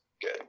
good